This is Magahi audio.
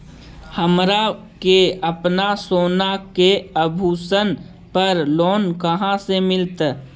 हमरा के अपना सोना के आभूषण पर लोन कहाँ से मिलत?